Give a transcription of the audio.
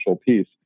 piece